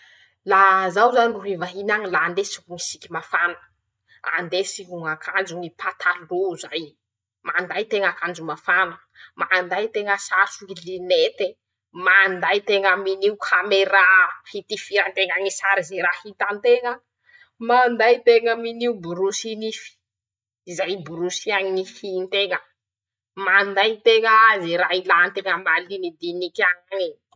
<...>Laha zaho zany ro hivahiny añy:-La andesiko siky mafana, andesiko ñ'akanjo, ñy patalo zay, manday teña akanjo mafana, manday teña satroky, linete, manday teña amin'io kameraa hitifira nteña ñy sary ze ra hitanteña, manday teña amin'io borosy nify, izay hiborosia ñy hinteña, manday teña ze raha ilanteña malinidinik'añe.